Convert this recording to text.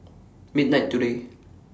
midnight today